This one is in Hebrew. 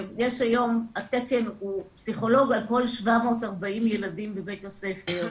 התקן הוא פסיכולוג על כל 740 ילדים בבית הספר,